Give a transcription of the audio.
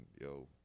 yo